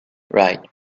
right